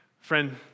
Friend